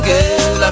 Girl